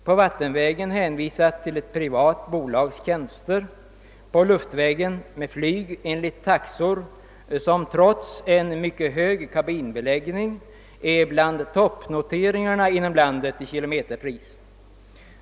På vattenvägen hänvisas till ett privat bolags tjänster och på luftvägen med flyg enligt taxor som trots en mycket hög kabinbeläggning är bland toppnoteringarna inom landet i pris per km.